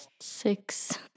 Six